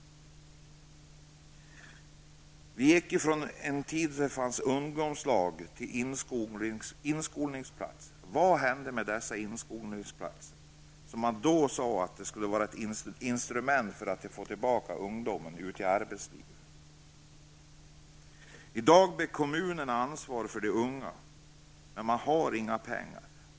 Vi gick från en tid då det fanns ungdomslag till inskolningsplatser. Vad hände med dessa inskolningsplatser, som man då sade skulle vara ett instrument för att på nytt få ut ungdomen i arbetslivet? I dag har kommunerna ansvar för de unga, men man har inga pengar.